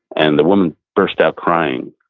and the woman burst out crying,